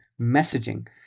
messaging